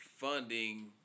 funding